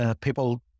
people